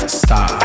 stop